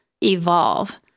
evolve